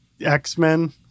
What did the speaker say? X-Men